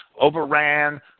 overran